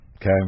Okay